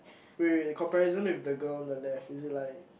wait wait comparison with the girl in the left is it like